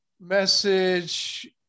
message